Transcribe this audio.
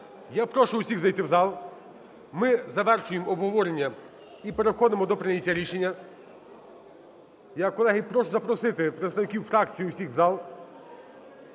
Я прошу всіх зайти в зал. Ми завершуємо обговорення і переходимо до прийняття рішення. Я, колеги, прошу запросити представників фракцій усіх в зал.